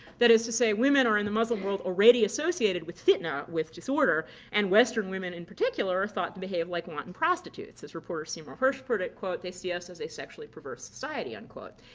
that is to say, women are in the muslim world already associated with fitna with disorder and western women in particular are thought to behave like wanton prostitutes. as reporter seymour hersh put it, quote, they see us as a sexually perverse society, unquote.